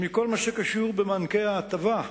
שמכל מה שקשור במענקי ההטבה,